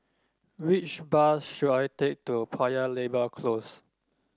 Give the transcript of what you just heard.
which bus should I take to Paya Lebar Close